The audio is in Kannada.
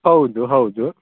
ಹೌದು ಹೌದು